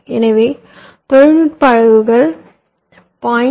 எனவே தொழில்நுட்ப அளவுகள் 0